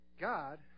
God